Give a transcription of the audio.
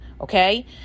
Okay